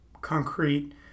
concrete